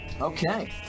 Okay